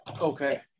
Okay